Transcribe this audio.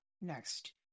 next